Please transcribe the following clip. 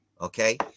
Okay